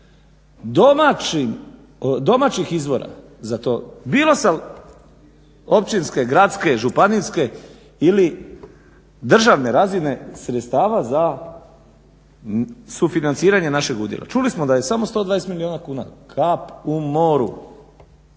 domaćih izvora za to, bilo sa općinske, gradske, županijske ili državne razine sredstava za sufinanciranje našeg udjela. Čuli da je samo 120 milijuna kuna kap u moru